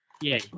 Yay